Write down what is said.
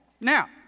Now